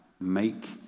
make